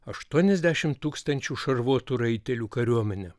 aštuoniasdešim tūkstančių šarvuotų raitelių kariuomenę